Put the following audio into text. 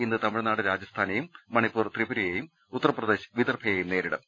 ഇന്ന് തമിഴ്നാട് രാജസ്ഥാനെയും മണിപ്പൂർ ത്രിപുരയെയും ഉത്തർപ്രദേശ് വിദർഭയെയും നേരിടും